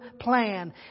plan